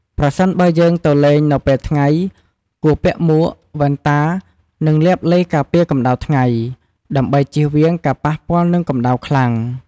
ប្រសិនបើយើងទៅលេងនៅពេលថ្ងៃ គួរពាក់មួក វ៉ែនតា និងលាបឡេការពារកម្ដៅថ្ងៃ ដើម្បីជៀសវាងការប៉ះពាល់នឹងកម្ដៅខ្លាំង ។